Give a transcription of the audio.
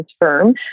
firm